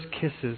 kisses